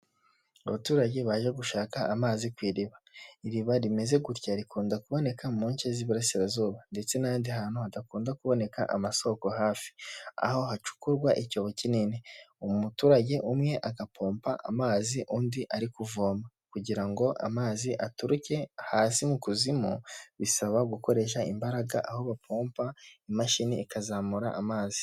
Abaturage baje gushaka amazi ku iriba, iriba rimeze gutya rikunda kuboneka mu nshe z'iburasirazuba ndetse n'ahandi hantu hadakunda kuboneka amasoko hafi, aho hacukurwa icyobo kinini, umuturage umwe agapompa amazi undi ari kuvoma kugira ngo amazi aturuke hasi mu kuzimu bisaba gukoresha imbaraga, aho bapompa imashini ikazamura amazi.